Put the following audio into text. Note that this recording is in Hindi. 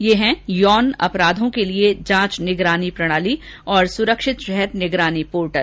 ये हैं यौन अपराधों के लिए जांच निगरानी प्रणाली और सुरक्षित शहर निगरानी पोर्टल